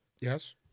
Yes